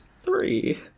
Three